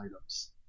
items